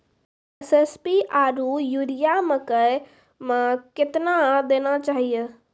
SSP आरु urea मकई मे कितना देना चाहिए?